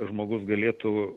žmogus galėtų